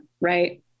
right